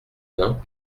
d’un